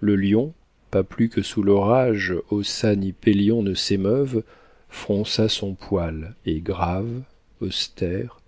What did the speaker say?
le lion pas plus que sous l'orage ossa ni pélion ne s'émeuvent fronça son poil et grave austère